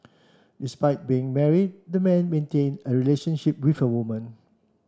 despite being married the man maintained a relationship with the woman